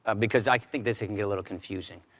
ah because i think this it can get a little confusing.